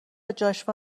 جاشوا